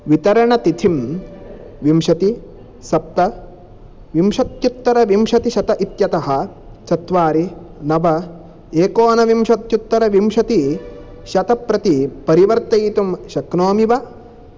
वितरणतिथिं विंशति सप्त विंशत्युत्तर विंशति शत इत्यतः चत्वारि नव एकोनविंशत्युत्तर विंशति शत प्रति परिवर्तयितुं शक्नोमि वा